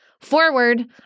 forward